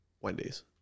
Wendy's